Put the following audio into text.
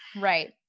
Right